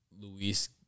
Luis